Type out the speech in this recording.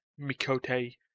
Mikote